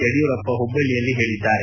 ಯಡಿಯೂರಪ್ಪ ಹುಬ್ಬಳ್ಳಿಯಲ್ಲಿ ಹೇಳಿದ್ದಾರೆ